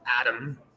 Adam